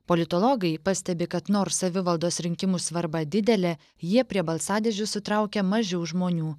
politologai pastebi kad nors savivaldos rinkimų svarba didelė jie prie balsadėžių sutraukia mažiau žmonių